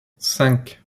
cinq